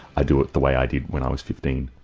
i do it the way i did when i was fifteen,